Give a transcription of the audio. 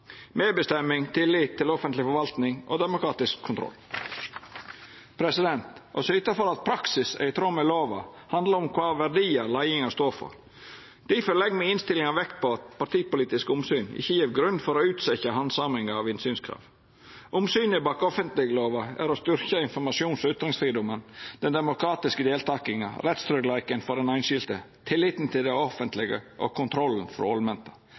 medbestemming, tillit til offentleg forvaltning og demokratisk kontroll. Å syta for at praksis er i tråd med lova handlar om kva verdiar leiinga står for. Difor legg me i innstillinga vekt på at partipolitiske omsyn ikkje gjev grunn for å utsetja handsaminga av innsynskrav. Omsynet bak offentleglova er å styrkja informasjons- og ytringsfridomen, den demokratiske deltakinga, rettstryggleiken for den einskilde, tilliten til det offentlege og kontrollen frå